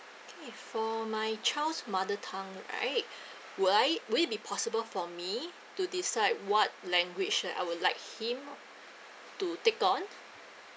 K for my child's mother tongue right would I would it be possible for me to decide what language that I would like him to take on